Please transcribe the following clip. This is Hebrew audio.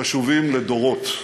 חשובים לדורות.